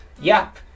Yap